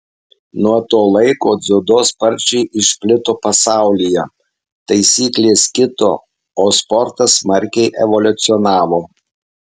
nuo to laiko dziudo sparčiai išplito pasaulyje taisyklės kito o sportas smarkiai evoliucionavo